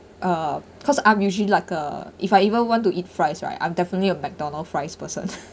uh cause I'm usually like uh if I ever want to eat fries right I'm definitely a McDonald's fries person